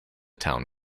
town